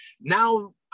Now